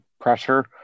pressure